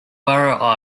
barrow